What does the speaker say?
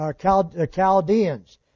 Chaldeans